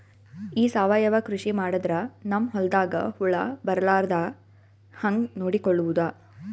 ಈ ಸಾವಯವ ಕೃಷಿ ಮಾಡದ್ರ ನಮ್ ಹೊಲ್ದಾಗ ಹುಳ ಬರಲಾರದ ಹಂಗ್ ನೋಡಿಕೊಳ್ಳುವುದ?